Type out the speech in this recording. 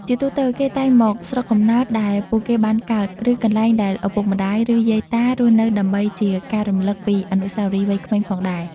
ជាទូទៅ គេតែងមកស្រុកកំណើតដែលពួកគេបានកើត ឬ កន្លែងដែលឪពុកម្ដាយ ឬយាយតារស់នៅដើម្បីជាការរំឭកពីអនុស្សាវរីយ៍វ័យក្មេងផងដែរ។